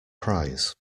prize